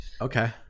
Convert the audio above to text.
Okay